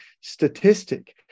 statistic